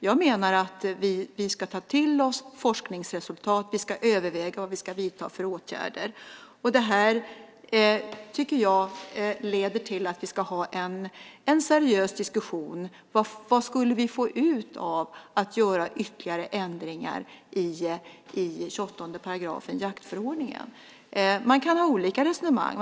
Jag menar att vi ska ta till oss forskningsresultat och överväga vad vi ska vidta för åtgärder. Det här leder till att vi ska ha en seriös diskussion om vad vi tror att vi kan få ut av att göra ytterligare ändringar i 28 § jaktförordningen. Man kan resonera på olika sätt.